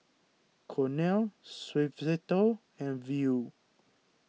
Cornell Suavecito and Viu